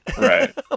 Right